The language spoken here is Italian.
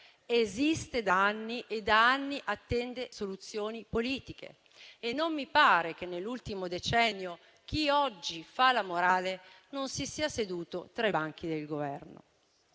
esiste da anni e da anni attende soluzioni politiche e non mi pare che nell'ultimo decennio chi oggi fa la morale non si sia seduto tra i banchi del Governo.